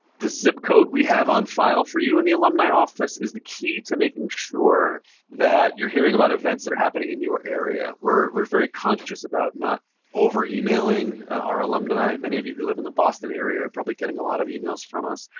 the zip code we have on file for you in the alumni office is the key to making sure that you're hearing about events that are happening in your area. we're very conscious about not over-emailing our alumni. many of you who live in the boston area are probably getting a lot of emails from us.